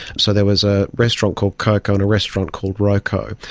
so there was a restaurant called coco and a restaurant called roco,